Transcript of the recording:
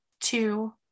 two